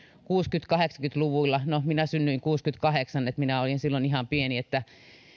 kuusikymmentä viiva kahdeksankymmentä luvuilla no minä synnyin kuusikymmentäkahdeksan minä olin silloin ihan pieni ja